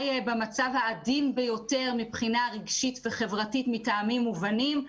במצב העדין ביותר מבחינה רגשית וחברתית מטעמים מובנים,